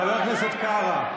חבר הכנסת קארה.